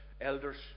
elders